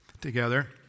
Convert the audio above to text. together